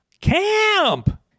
Camp